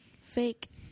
Fake